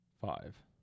Five